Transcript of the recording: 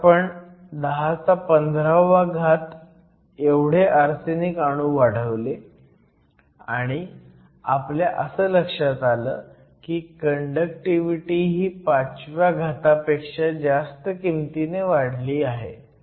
त्यात आपण 1015 आर्सेनिक अणू वाढवले आणि आपल्या असं लक्षात आलं की कंडक्टिव्हिटी ही 5व्या घातापेक्षा जास्त किमतीने वाढली आहे